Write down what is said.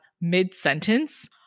mid-sentence